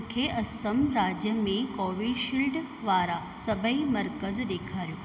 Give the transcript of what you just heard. मूंखे असम राज्य में कोवीशील्ड वारा सभई मर्कज़ ॾेखारियो